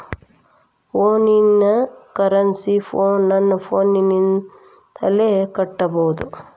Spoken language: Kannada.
ಫೋನಿನ ಕರೆನ್ಸಿ ನನ್ನ ಫೋನಿನಲ್ಲೇ ಕಟ್ಟಬಹುದು?